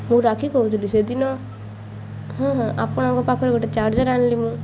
ମୁଁ ରାକ୍ଷି କହୁଥିଲି ସେଦିନ ହଁ ହଁ ଆପଣଙ୍କ ପାଖରେ ଗୋଟେ ଚାର୍ଜର୍ ଆଣିଲି ମୁଁ